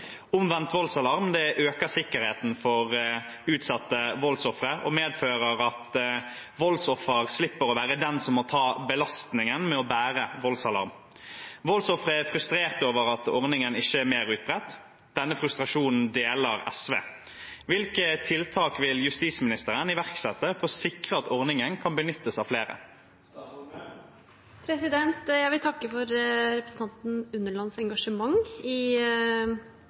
Omvendt voldsalarm øker sikkerheten for utsatte voldsofre og medfører at voldsoffer slipper å være den som må ta belastningen med å bære voldsalarm. Voldsofre er frustrerte over at ordningen ikke er mer utbredt. Denne frustrasjonen deler SV. Hvilke tiltak vil statsråden iverksette for å sikre at ordningen kan benyttes av flere?» Jeg vil takke for representanten Unnelands engasjement i